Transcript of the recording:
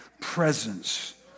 presence